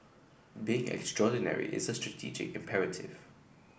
being extraordinary is a strategic imperative